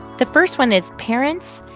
the first one is, parents,